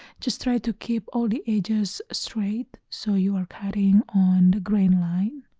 just try to keep all the edges straight so you are cutting on the grain line.